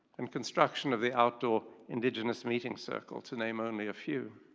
and construction of the outdoor indigenous meeting circle to name only a few.